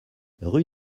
rue